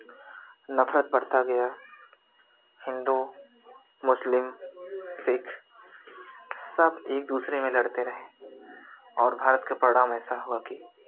नफ़रत बढ़ता गया हिंदू मुस्लिम सिक्ख सब एक दूसरे में लड़ते रहे और भारत का परिणाम ऐसा हुआ कि